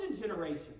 generation